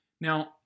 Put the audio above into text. Now